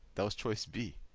that was choice b.